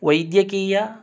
वैद्यकीय